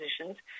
positions